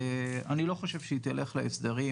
את חוסכת יתרה.